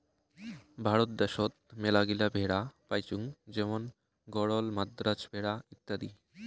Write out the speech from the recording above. ভারত দ্যাশোত মেলাগিলা ভেড়া পাইচুঙ যেমন গরল, মাদ্রাজ ভেড়া ইত্যাদি